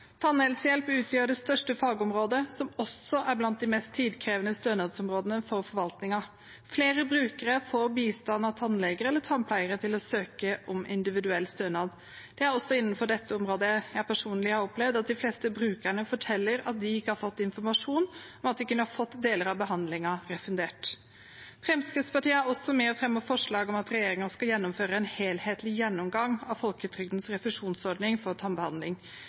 utgjør det største fagområdet, som også er blant de mest tidkrevende stønadsområdene for forvaltningen. Flere brukere får bistand av tannleger eller tannpleiere til å søke om individuell stønad. Det er også innenfor dette området jeg personlig har opplevd at de fleste brukerne forteller at de ikke har fått informasjon om at de kunne fått deler av behandlingen refundert. Fremskrittspartiet er også med og fremmer forslag om at regjeringen skal gjennomføre en helhetlig gjennomgang av folketrygdens refusjonsordning for tannbehandling.